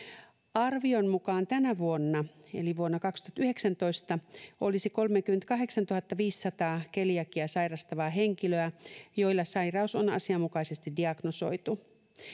arvion mukaan tänä vuonna eli vuonna kaksituhattayhdeksäntoista olisi kolmekymmentäkahdeksantuhattaviisisataa keliakiaa sairastavaa henkilöä joilla sairaus on asianmukaisesti diagnosoitu